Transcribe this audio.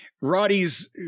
Roddy's